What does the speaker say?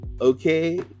Okay